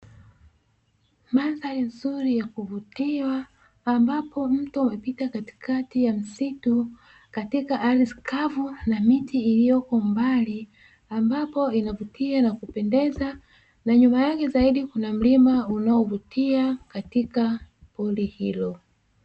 Mandhari nzuri ya kuvutia, ambapo mto umepita katikati ya msitu, katika ardhi kavu na miti iliyoko mbali, ambapo inavutia na kupendeza na nyuma yake zaidi kuna mlima unaovutia katika pori hilo.